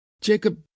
Jacob—